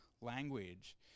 language